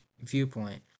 viewpoint